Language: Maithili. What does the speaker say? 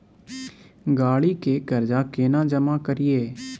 गाड़ी के कर्जा केना जमा करिए?